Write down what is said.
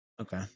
Okay